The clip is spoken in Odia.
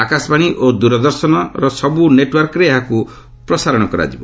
ଆକାଶବାଣୀ ଓ ଦୂରଦର୍ଶନର ସବୁ ନେଟ୍ୱାର୍କରେ ଏହାକୁ ପ୍ରସାରଣ କରାଯିବ